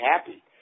happy